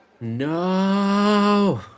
No